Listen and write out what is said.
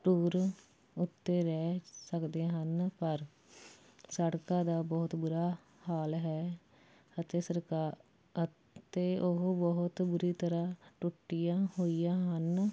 tour ਉੱਤੇ ਰਹਿ ਸਕਦੇ ਹਨ ਪਰ ਸੜਕਾਂ ਦਾ ਬਹੁਤ ਬੁਰਾ ਹਾਲ ਹੈ ਅਤੇ ਸਰਕਾ ਅਤੇ ਉਹ ਬਹੁਤ ਬੁਰੀ ਤਰ੍ਹਾਂ ਟੁੱਟੀਆਂ ਹੋਈਆਂ ਹਨ